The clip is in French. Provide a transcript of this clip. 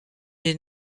des